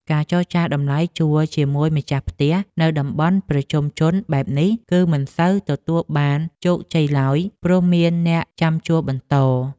ការចរចាតម្លៃជួលជាមួយម្ចាស់ផ្ទះនៅតំបន់ប្រជុំជនបែបនេះ គឺមិនសូវទទួលបានជោគជ័យឡើយព្រោះមានអ្នកចាំជួលបន្ត។